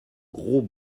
gros